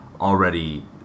already